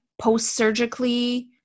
post-surgically